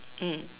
mm